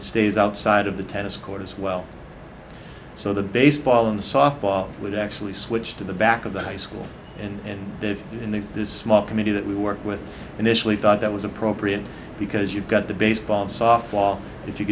it stays outside of the tennis court as well so the baseball and softball would actually switch to the back of the high school and they've been in this small committee that we work with initially thought that was appropriate because you've got the baseball softball if you